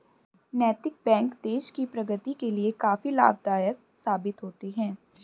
नैतिक बैंक देश की प्रगति के लिए काफी लाभदायक साबित होते हैं